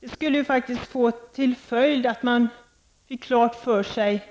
Den skulle ju faktiskt få till följd att man fick klart för sig